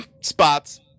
Spots